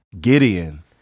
Gideon